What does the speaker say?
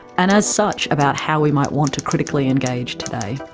and as such about how we might want to critically engage today.